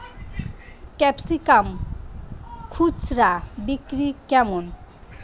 Capsicum খুচরা বিক্রি কেমন?